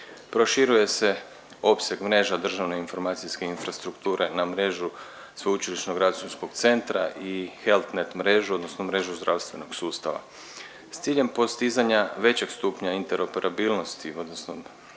Proširuje se opseg mreže državne informacijske infrastrukture na mrežu Sveučilišnog računskog centra i HelpNet mrežu odnosno mrežu zdravstvenog sustava. S ciljem postizanja većeg stupnja interoperabilnosti odnosno